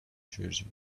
jersey